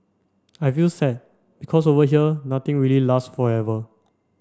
I feel sad because over here nothing really lasts forever